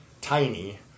tiny